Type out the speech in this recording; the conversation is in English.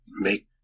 make